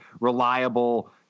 reliable